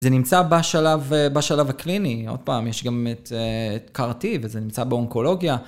זה נמצא בשלב הקליני, עוד פעם, יש גם את קרטי, וזה נמצא באונקולוגיה.